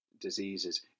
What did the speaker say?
diseases